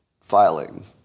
filing